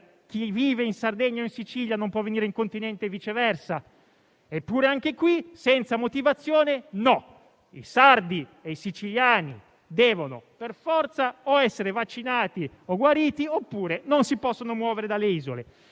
chi vive in Sardegna o in Sicilia e non può venire in Continente e viceversa. Eppure, anche in questo caso un no immotivato: sardi e siciliani devono per forza essere vaccinati o guariti oppure non si possono muovere dalle isole.